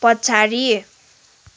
पछाडि